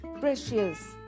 precious